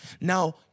Now